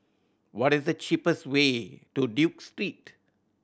what is the cheapest way to Duke Street